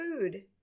food